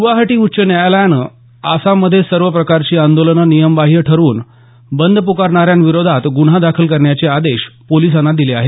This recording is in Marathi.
गुवाहाटी उच्च न्यायालयानं आसाम मध्ये सर्व प्रकारची आंदोलनं नियमबाह्य ठरवून बंद प्रकारणाऱ्यांविरोधात गुन्हा दाखल करण्याचे आदेश पोलिसांना दिले आहेत